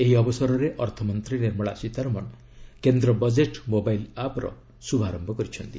ଏହି ଅବସରରେ ଅର୍ଥମନ୍ତ୍ରୀ ନିର୍ମଳା ସୀତାରମଣ କେନ୍ଦ୍ର ବଜେଟ୍ ମୋବାଇଲ୍ ଆପ୍ର ଶୁଭାରମ୍ଭ କରିଛନ୍ତି